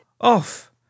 off